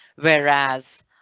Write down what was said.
whereas